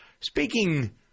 Speaking